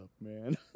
man